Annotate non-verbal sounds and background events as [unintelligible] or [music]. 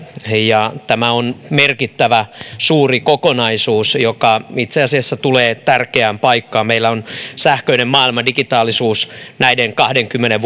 tämä on merkittävä suuri kokonaisuus joka itse asiassa tulee tärkeään paikkaan meillä on sähköinen maailma digitaalisuus näiden kahdenkymmenen [unintelligible]